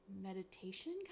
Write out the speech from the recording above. meditation